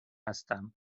هستم